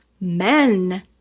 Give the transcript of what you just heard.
Men